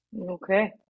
Okay